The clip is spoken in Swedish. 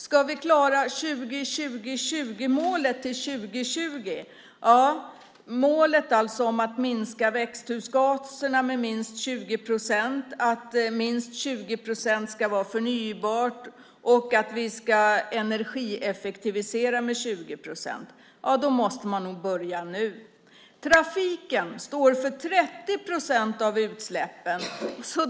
Om vi ska klara målet 20-20-20 till 2020 - målet att minska växthusgaserna med minst 20 procent, att minst 20 procent ska vara förnybart och att vi ska energieffektivisera med 20 procent - måste vi nog börja nu. Trafiken står för 30 procent av utsläppen.